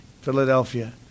Philadelphia